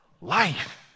life